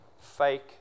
fake